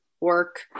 work